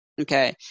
okay